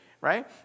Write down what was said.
right